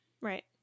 Right